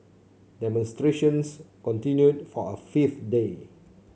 demonstrations continued for a fifth day